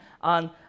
on